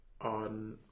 on